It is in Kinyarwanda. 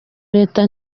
leta